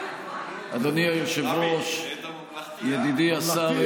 היושב-ראש, ידידי השר